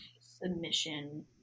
submission